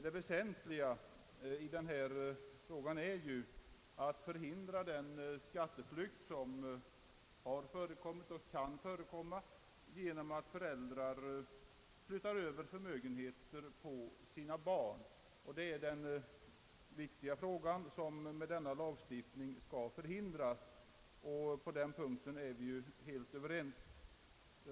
Det väsentliga är ju att man med denna lagstiftning förhindrar den skatteflykt som har förekommit och kan förekomma genom att föräldrar flyttar över förmögenheter på sina barn, och på den punkten är vi helt överens.